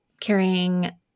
carrying